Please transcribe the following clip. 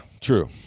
true